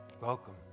Welcome